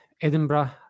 Edinburgh